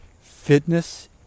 Fitness